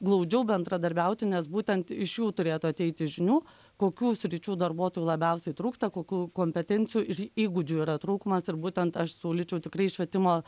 glaudžiau bendradarbiauti nes būtent iš jų turėtų ateiti žinių kokių sričių darbuotojų labiausiai trūksta kokių kompetencijų ir įgūdžių yra trūkumas ir būtent aš siūlyčiau tikrai švietimo